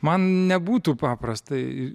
man nebūtų paprasta